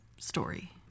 story